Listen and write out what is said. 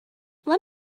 let